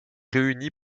réunie